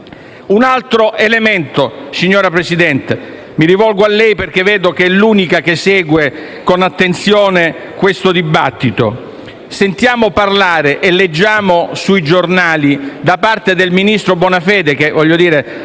in tutte le sedi. Signor Presidente, mi rivolgo a lei, perché vedo che è l'unica che segue con attenzione questo dibattito. Sentiamo parlare e leggiamo sui giornali che il ministro Bonafede (che avremmo avuto